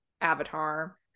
Avatar